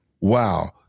wow